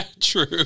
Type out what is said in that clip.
True